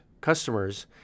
customers